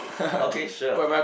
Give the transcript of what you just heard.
okay sure